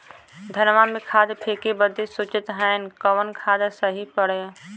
धनवा में खाद फेंके बदे सोचत हैन कवन खाद सही पड़े?